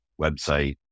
website